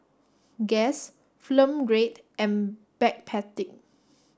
Guess Film Grade and Backpedic